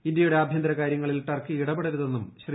ഇന്ത്യയുടെ ആഭ്യന്തര കാര്യങ്ങളിൽ ടർക്കി ഇടപെടരുതെന്നും ശ്രീ